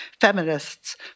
feminists